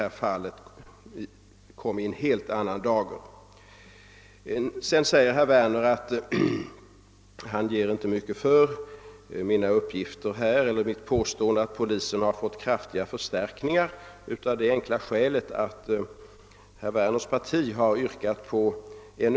Herr Werner säger att han, av det enkla skälet att hans parti yrkat på ännu mera pengar, inte ger mycket för mitt påstående att polisen fått kraftiga förstärkningar.